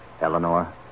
Eleanor